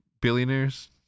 billionaires